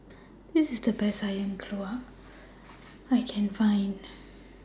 This IS The Best Ayam Buah Keluak that I Can Find